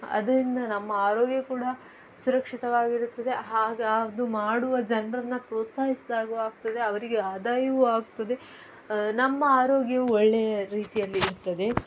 ಅದರಿಂದ ನಮ್ಮ ಆರೋಗ್ಯ ಕೂಡ ಸುರಕ್ಷಿತವಾಗಿರುತ್ತದೆ ಹಾಗೆಯೇ ಅದು ಮಾಡುವ ಜನರನ್ನ ಪ್ರೋತ್ಸಾಹಿಸಿದಾಗೂ ಆಗ್ತದೆ ಅವರಿಗೆ ಆದಾಯವೂ ಆಗ್ತದೆ ನಮ್ಮ ಆರೋಗ್ಯವೂ ಒಳ್ಳೆಯ ರೀತಿಯಲ್ಲಿ ಇರ್ತದೆ